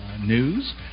News